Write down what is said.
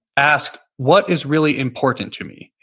ask what is really important to me?